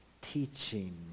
teaching